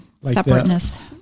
separateness